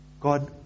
God